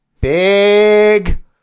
Big